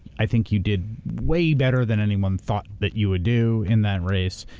i think you did way better than anyone thought that you would do in that race.